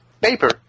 paper